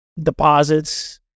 deposits